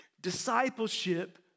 discipleship